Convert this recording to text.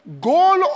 goal